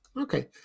Okay